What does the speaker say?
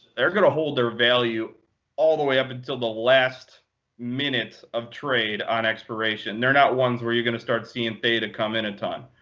they're going to hold their value all the way up until the last minute of trade on expiration. they're not ones where you're going to start seeing and come in a ton.